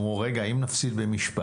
אמרו, רגע, אם נפסיד במשפט?